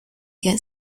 get